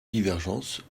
divergence